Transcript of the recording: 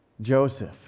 Joseph